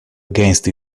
against